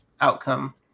outcome